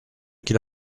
qu’il